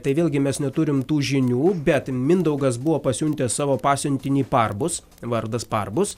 tai vėlgi mes neturim tų žinių bet mindaugas buvo pasiuntęs savo pasiuntinį parbus vardas parbus